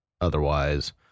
otherwise